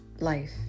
life